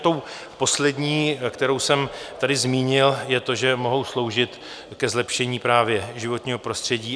Tou poslední, kterou jsem tady zmínil, je to, že mohou sloužit ke zlepšení právě životního prostředí.